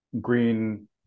green